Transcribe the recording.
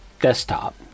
desktop